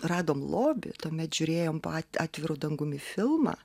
radom lobį tuomet žiūrėjome po at atviru dangumi filmą